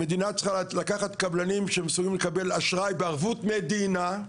המדינה צריכה לקחת קבלנים שמסוגלים לקבל אשראי בערבות מדינה,